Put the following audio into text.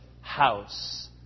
house